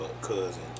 cousin